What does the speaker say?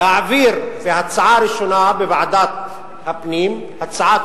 להעביר בקריאה ראשונה בוועדת הפנים הצעת